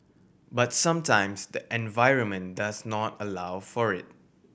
but sometimes the environment does not allow for it